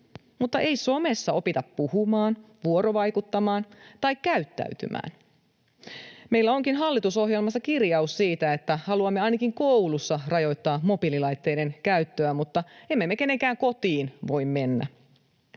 Mutta ei somessa opita puhumaan, vuorovaikuttamaan tai käyttäytymään. Meillä onkin hallitusohjelmassa kirjaus siitä, että haluamme ainakin koulussa rajoittaa mobiililaitteiden käyttöä, mutta emme me kenenkään kotiin voi mennä.